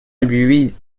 объявить